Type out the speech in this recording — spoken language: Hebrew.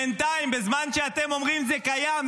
בזמן שאתם אומרים: זה קיים,